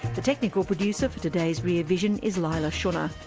the technical producer for today's rear vision is leila shunnar.